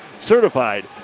Certified